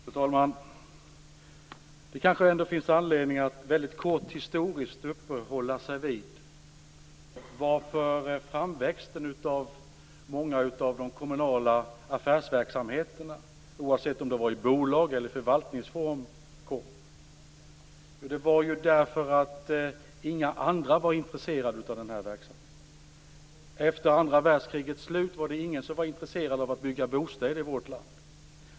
Fru talman! Det kanske ändå finns anledning att väldigt kort uppehålla sig vid det historiska skälet till framväxten av de kommunala affärsverksamheterna, oavsett om det skedde i bolagsform eller i förvaltningsform. De växte ju fram därför att ingen annan var intresserad av verksamheten. Efter andra världskrigets slut var ingen intresserad av att bygga bostäder i vårt land.